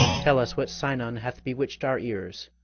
tell us what sinon hath bewitch'd our ears,